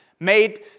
Made